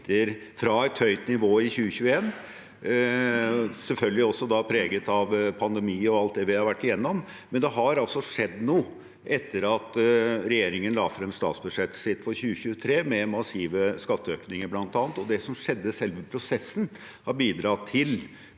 fra et høyt nivå i 2021 – selvfølgelig også preget av pandemi og alt det vi har vært igjennom. Det har altså skjedd noe etter at regjeringen la frem statsbudsjettet sitt for 2023, med bl.a. massive skatteøkninger. Det som skjedde i selve prosessen, har bidratt til